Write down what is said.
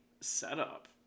setup